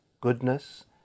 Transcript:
goodness